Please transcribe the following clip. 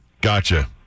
Gotcha